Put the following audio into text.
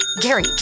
Gary